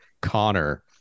Connor